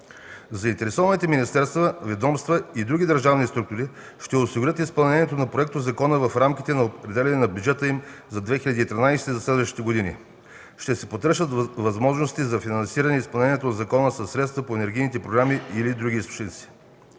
Заинтересованите министерства, ведомства и други държавни структури ще осигурят изпълнението на законопроекта в рамките на определените им бюджети за 2013 г. и за следващи години. Ще се потърсят възможности за финансиране изпълнението на закона със средства по европейските програми и/или други източници.